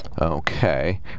Okay